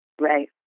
Right